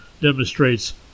demonstrates